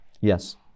Yes